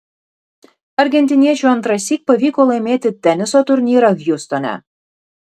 argentiniečiui antrąsyk pavyko laimėti teniso turnyrą hjustone